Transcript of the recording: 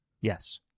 Yes